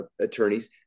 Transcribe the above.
attorneys